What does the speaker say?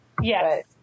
Yes